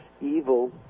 evil